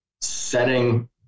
setting